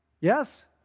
Yes